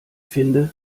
finde